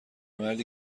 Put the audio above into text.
مردی